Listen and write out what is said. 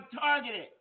targeted